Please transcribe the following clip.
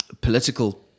political